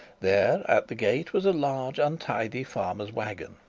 there, at the gate, was a large, untidy, farmer's wagon,